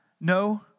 no